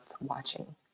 watching